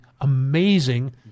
amazing